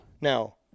Now